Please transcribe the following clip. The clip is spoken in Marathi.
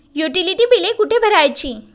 युटिलिटी बिले कुठे भरायची?